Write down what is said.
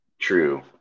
True